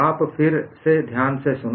आप फिर से ध्यान से सुनो